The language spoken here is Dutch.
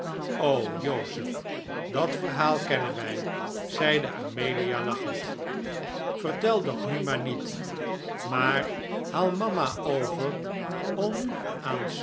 joseph dat verhaal kennen wij zeide amelia lachend vertel dat nu maar niet maar haal mama over